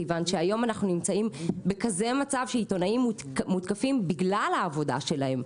כיוון שהיום אנחנו נמצאים בכזה מצב שעיתונאים מותקפים בגלל העבודה שלהם,